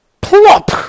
plop